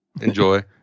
Enjoy